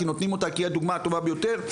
כי נותנים אותה כי היא הדוגמא הטובה ביותר,